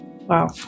Wow